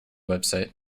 website